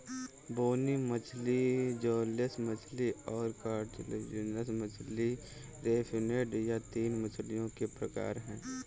बोनी मछली जौलेस मछली और कार्टिलाजिनस मछली रे फिनेड यह तीन मछलियों के प्रकार है